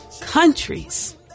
countries